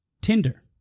Tinder